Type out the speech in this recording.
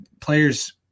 players